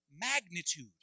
Magnitude